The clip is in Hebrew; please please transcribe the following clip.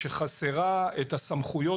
למרות שחברי הכנסת לא